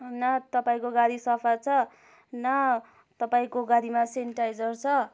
न तपाईँको गाडी सफा छ न तपाईँको गाडीमा सेनिटाइजर छ